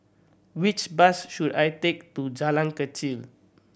which bus should I take to Jalan Kechil